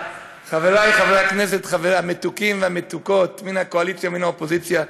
חברי חברי הכנסת המתוקים והמתוקות מן הקואליציה ומן האופוזיציה,